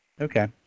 Okay